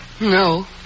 No